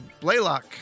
Blaylock